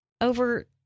over